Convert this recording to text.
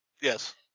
Yes